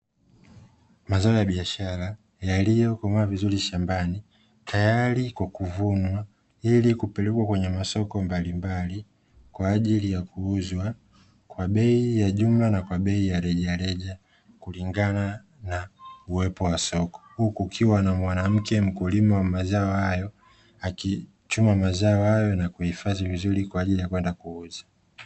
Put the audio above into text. Mazao ya biashara yaliyokomaa vizuri shambani, tayari kwa kuvunwa ili kupelekwa kwenye masoko mbalimbali kwa ajili ya kuuzwa kwa bei ya jumla na kwa bei ya rejareja, kulingana na uwepo wa soko. Huku kukiwa na mwanamke mkulima wa mazao hayo akichuma mazao hayo na kuhifadhi vizuri kwa ajili ya kwenda kuuza.